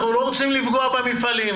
אנחנו לא רוצים לפגוע במפעלים,